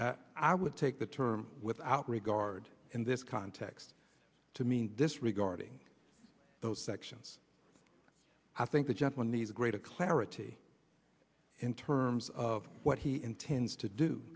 ok i would take the term without regard in this context to mean disregarding those sections i think the chaplain needs a greater clarity in terms of what he intends to do